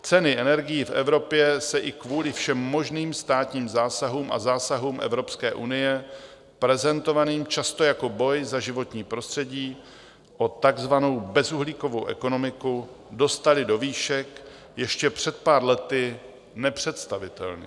Ceny energií v Evropě se i kvůli všem možných státním zásahům a zásahům Evropské unie prezentovaným často jako boj za životní prostředí o takzvanou bezuhlíkovou ekonomiku dostaly do výšek ještě před pár lety nepředstavitelných.